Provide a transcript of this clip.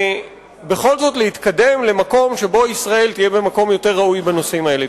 ובכל זאת להתקדם למקום שבו ישראל תהיה במקום יותר ראוי בנושאים האלה.